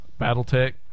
Battletech